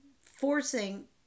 forcing